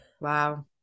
Wow